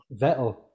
Vettel